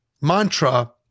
mantra